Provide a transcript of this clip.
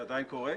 זה עדיין קורה?